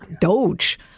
Doge